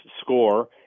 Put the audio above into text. score –